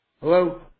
Hello